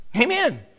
Amen